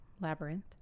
labyrinth